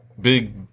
big